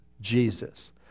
Jesus